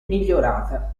migliorata